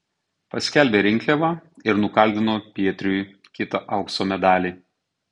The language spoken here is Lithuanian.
paskelbė rinkliavą ir nukaldino pietriui kitą aukso medalį